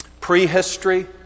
prehistory